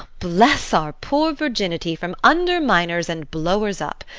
bless our poor virginity from underminers and blowers-up!